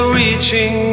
reaching